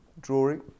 Drawing